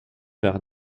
par